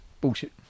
bullshit